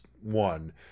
one